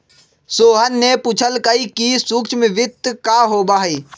सोहन ने पूछल कई कि सूक्ष्म वित्त का होबा हई?